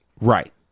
Right